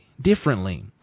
differently